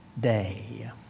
day